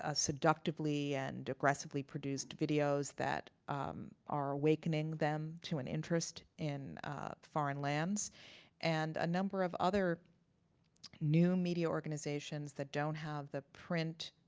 ah seductively and aggressively produced videos that are awakening them to an interest in foreign lands and a number of other new media organizations that don't have the print